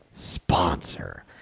Sponsor